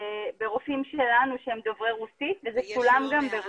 ברופאים שלנו שהם דוברי רוסית וזה צולם גם ברוסית.